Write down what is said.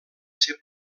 ser